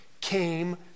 came